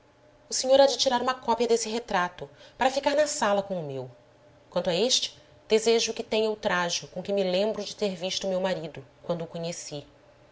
o senhor há de tirar uma cópia desse retrato para ficar na sala com o meu quanto a este desejo que tenha o trajo com que me lembro de ter visto meu marido quando o conheci